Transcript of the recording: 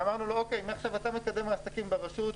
ואמרנו לו: מעכשיו אתה מקדם העסקים ברשות.